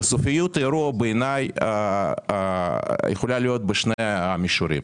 וסופיות האירוע בעיני יכולה להיות בשני מישורים.